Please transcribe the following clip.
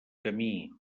camí